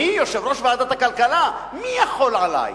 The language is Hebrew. אני, יושב-ראש ועדת הכלכלה, מי יכול עלי?